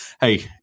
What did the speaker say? hey